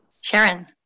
Sharon